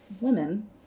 women